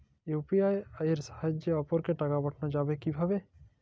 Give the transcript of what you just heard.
UPI এর সাহায্যে অপরকে টাকা পাঠানো যাবে কিভাবে?